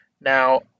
Now